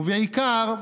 ובעיקר,